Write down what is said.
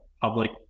public